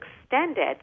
extended